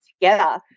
together